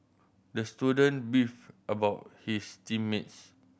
the student beefed about his team mates